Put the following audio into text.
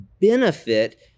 benefit